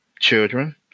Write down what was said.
children